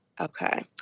Okay